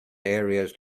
areas